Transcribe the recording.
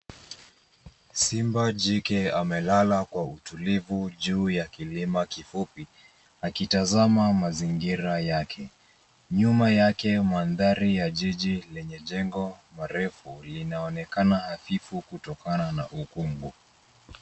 Simba jike amelala kwa utulivu juu ya kilima kifupi akitazama mazingira yake. Nyuma yake mandhari ya jiji yenye jengo marefu linaonekana hafifu kutokana na ukungu.